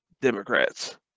Democrats